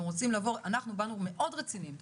אנחנו באנו מאוד רציניים.